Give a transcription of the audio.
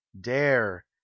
dare